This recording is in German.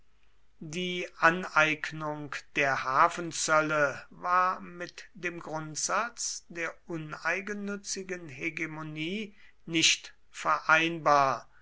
die aneignung der hafenzölle war mit dem grundsatz der uneigennützigen hegemonie nicht vereinbar